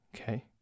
Okay